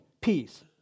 peace